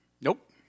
Nope